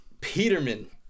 Peterman